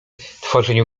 tworzeniu